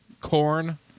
corn